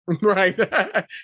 Right